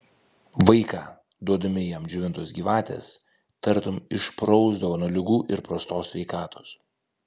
vaiką duodami jam džiovintos gyvatės tartum išprausdavo nuo ligų ir prastos sveikatos